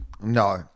No